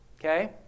Okay